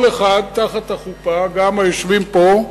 כל אחד תחת החופה, גם היושבים פה,